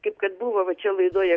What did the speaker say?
kaip kad buvo va čia laidoje